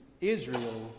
Israel